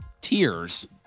tears